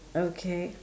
okay